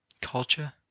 culture